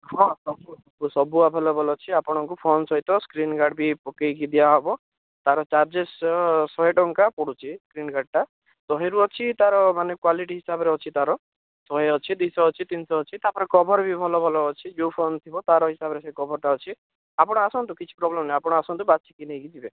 ହଁ ସବୁ ସବୁ ଆଭେଲେବଲ୍ ଅଛି ଆପଣଙ୍କୁ ଫୋନ ସହିତ ସ୍କ୍ରିନ୍ ଗାର୍ଡ଼ ବି ପକାଇକି ଦିଆହେବ ତା'ର ଚାର୍ଜେସ ଶହେ ଟଙ୍କା ପଡ଼ୁଛି ସ୍କ୍ରିନ୍ ଗାର୍ଡ଼ଟା ଶହେରୁ ଅଛି ତା'ର ମାନେ କ୍ଵାଲିଟି ହିସାବରେ ଅଛି ତା'ର ଶହେ ଅଛି ଦୁଇଶହ ଅଛି ତିନିଶହ ଅଛି ତା'ପରେ କଭର୍ ବି ଭଲ ଭଲ ଅଛି ଯେଉଁ ଫୋନ ଥିବ ତା'ର ହିସାବରେ ସେ କଭର୍ଟା ଅଛି ଆପଣ ଆସନ୍ତୁ କିଛି ପ୍ରୋବ୍ଲେମ୍ ନାହିଁ ଆପଣ ଆସନ୍ତୁ ବାଛିକି ନେଇକି ଯିବେ